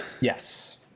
Yes